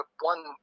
one